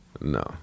no